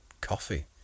coffee